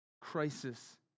Crisis